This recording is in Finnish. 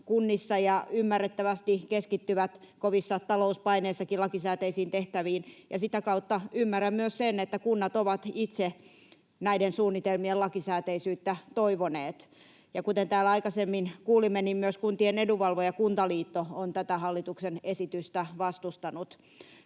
kunnissa ja ymmärrettävästi keskittyvät kovissakin talouspaineissa lakisääteisiin tehtäviin, ja sitä kautta ymmärrän myös sen, että kunnat ovat itse näiden suunnitelmien lakisääteisyyttä toivoneet. Ja kuten täällä aikaisemmin kuulimme, myös kuntien edunvalvoja Kuntaliitto on tätä hallituksen esitystä vastustanut.